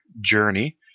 journey